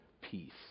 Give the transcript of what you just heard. peace